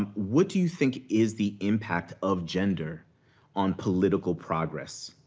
um what do you think is the impact of gender on political progress?